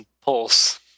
Pulse